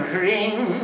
ring